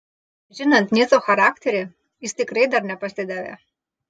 žinant nico charakterį jis tikrai dar nepasidavė